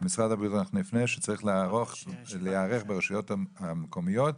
שצריך להיערך ברשויות המקומיות,